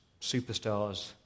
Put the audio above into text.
superstars